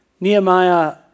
Nehemiah